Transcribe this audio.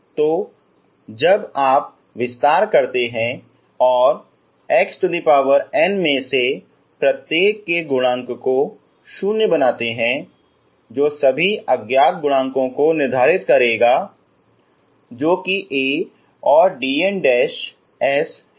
तो अब जब आप विस्तार करते हैं और इस xn में से प्रत्येक के गुणांक को शून्य बनाते हैं जो सभी अज्ञात गुणांकों को निर्धारित करेगा जो कि A और dns हैं